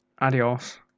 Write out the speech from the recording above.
Adios